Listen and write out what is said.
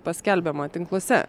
paskelbiama tinkluose